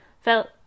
felt